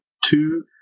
two